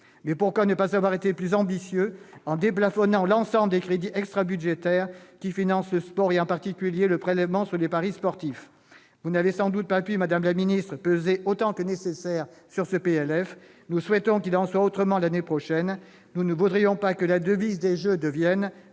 Mais pourquoi ne pas avoir été plus ambitieux, en déplafonnant l'ensemble des crédits extrabudgétaires qui financent le sport, en particulier le prélèvement sur les paris sportifs ? Vous n'avez sans doute pas pu, madame la ministre, peser autant que nécessaire sur ce projet de loi de finances. Nous souhaitons qu'il en soit autrement l'année prochaine. Nous ne voudrions pas que la devise des jeux de